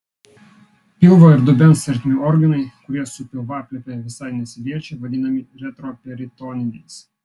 pilvo ir dubens ertmių organai kurie su pilvaplėve visai nesiliečia vadinami retroperitoniniais